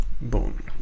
Boom